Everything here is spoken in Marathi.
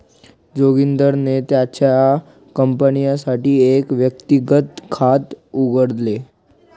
जोगिंदरने त्याच्या कंपनीसाठी एक व्यक्तिगत खात उघडले